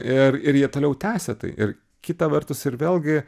ir ir jie toliau tęsia tai ir kita vertus ir vėlgi